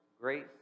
grace